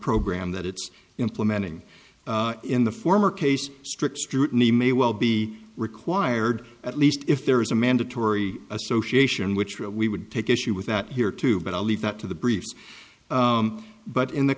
program that it's implementing in the former case strict scrutiny may well be required at least if there is a mandatory association which we would take issue with that here too but i'll leave that to the briefs but in the